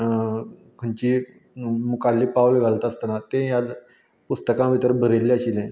खंयची मुखावेलें पावल घालता आसतना तें ह्या पुस्तकां भितर बरयल्लें आशिल्लें